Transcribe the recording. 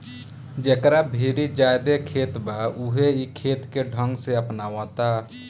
जेकरा भीरी ज्यादे खेत बा उहे इ खेती के ढंग के अपनावता